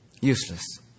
Useless